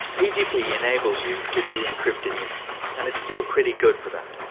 pgp enables you to do encrypted email, and it's still pretty good for that.